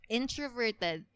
introverted